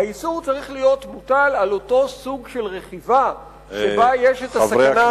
האיסור צריך להיות מוטל על אותו סוג של רכיבה שבה יש סכנה מיוחדת,